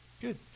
Good